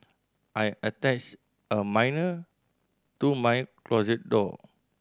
I attached a manner to my closet door